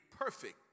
perfect